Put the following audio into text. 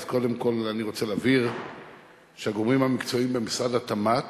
קודם כול אני רוצה להבהיר שהגורמים המקצועיים במשרד התמ"ת